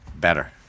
better